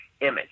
image